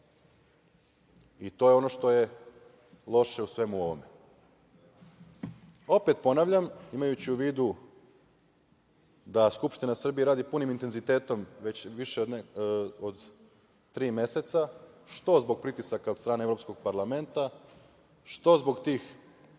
To je ono što je loše u svemu ovome. Opet ponavljam, imajući u vidu da Skupština Srbije radi punim intenzitetom već više od tri meseca, što zbog pritisaka od strane Evropskog parlamenta, što zbog tih